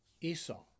Esau